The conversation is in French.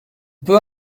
peut